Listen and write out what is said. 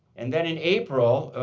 and then in april,